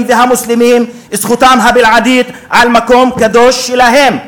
והמוסלמים את זכותם הבלעדית על מקום קדוש שלהם,